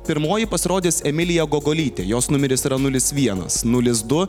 pirmoji pasirodys emilija gogolytė jos numeris yra nulis vienas nulis du